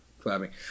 clapping